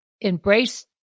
embrace